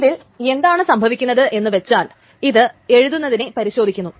ഇതിൽ എന്താണ് സംഭവികുന്നത് എന്നു വച്ചാൽ ഇത് എഴുതുന്നതിനെ പരിശോധിക്കുന്നു